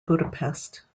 budapest